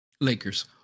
Lakers